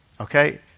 Okay